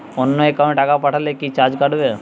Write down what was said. অন্য একাউন্টে টাকা পাঠালে কি চার্জ কাটবে?